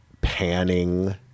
panning